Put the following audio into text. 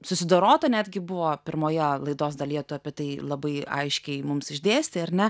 susidorota netgi buvo pirmoje laidos dalyje apie tai labai aiškiai mums išdėstei ar ne